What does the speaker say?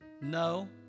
No